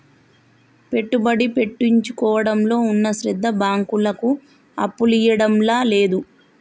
పెట్టుబడి పెట్టించుకోవడంలో ఉన్న శ్రద్ద బాంకులకు అప్పులియ్యడంల లేదు